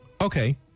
Okay